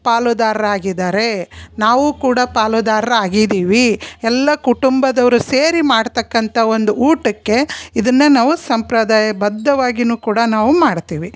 ಪಾಲುದಾರರಾಗಿದ್ದಾರೆ ನಾವೂ ಕೂಡ ಪಾಲುದಾರ ಆಗಿದ್ದೀವಿ ಎಲ್ಲ ಕುಟುಂಬದವರು ಸೇರಿ ಮಾಡತಕ್ಕಂಥ ಒಂದು ಊಟಕ್ಕೆ ಇದನ್ನು ನಾವು ಸಂಪ್ರದಾಯ ಬದ್ಧವಾಗಿನೂ ಕೂಡ ನಾವು ಮಾಡ್ತೀವಿ